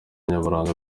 nyaburanga